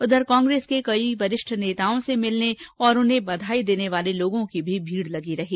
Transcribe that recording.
उधर कांग्रेस के कई वरिष्ठ नेताओं से मिलने और उन्हें बधाई देने वाले लोगों की भीड लगी रही